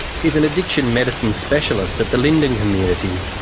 he's an addiction medicine specialist at the lyndon community,